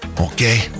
okay